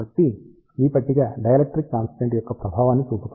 కాబట్టి ఈ పట్టిక డైఎలక్ట్రిక్ కాన్స్టెంట్ యొక్క ప్రభావాన్ని చూపుతుంది